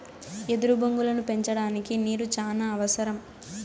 ఎదురు బొంగులను పెంచడానికి నీరు చానా అవసరం